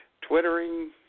Twittering